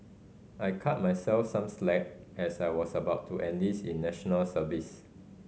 I cut myself some slack as I was about to enlist in National Service